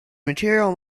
material